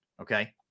Okay